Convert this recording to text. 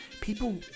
people